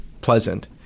pleasant